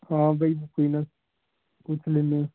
ਹਾਂ ਬਾਈ ਕੋਈ ਨਾ ਪੁੱਛ ਲੈਂਦੇ ਹਾਂ